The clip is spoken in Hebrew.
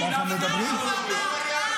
זאת האמת.